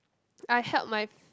I help my